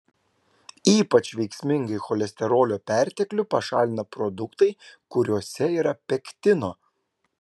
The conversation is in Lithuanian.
ypač veiksmingai cholesterolio perteklių pašalina produktai kuriuose yra pektino